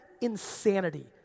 insanity